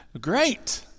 great